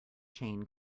chain